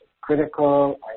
critical